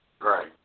Right